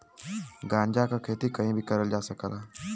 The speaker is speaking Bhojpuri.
गांजा क खेती कहीं भी करल जा सकला